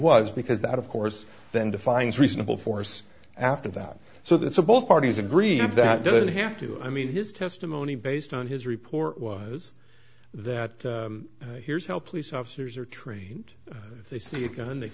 was because that of course then defines reasonable force after that so that's a both parties agree on that doesn't have to i mean his testimony based on his report was that here's help police officers are trained if they see a gun th